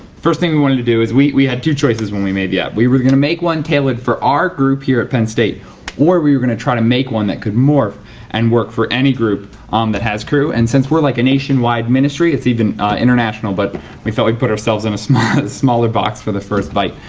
first thing we wanted to do is, we we had two choices when we made the app. yeah we were gonna make one tailored for our group here at penn state or we were gonna try to make one that could morph and work for any group um that has crew and since we're like a nationwide ministry it's even international but we thought we'd like put ourselves in a smaller smaller box for the first bite.